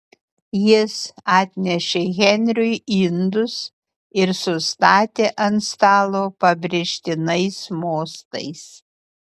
jis atnešė henriui indus ir sustatė ant stalo pabrėžtinais mostais